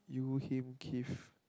you him Keefe